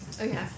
Okay